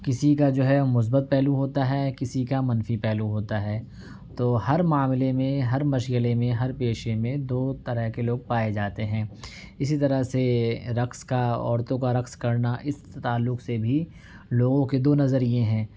کسی کا جو ہے مثبت پہلو ہوتا ہے کسی کا منفی پہلو ہوتا ہے تو ہر معاملے میں ہر مشغلے میں ہر پیشے میں دو طرح کے لوگ پائے جاتے ہیں اسی طرح سے رقص کا عورتوں کا رقص کرنا اس تعلق سے بھی لوگوں کے دو نظریے ہیں